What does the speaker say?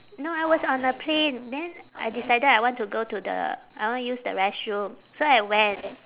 no I was on a plane then I decided I want to go to the I want use the restroom so I went